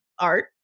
art